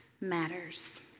matters